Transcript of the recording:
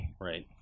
Right